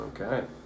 Okay